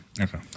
Okay